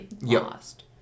lost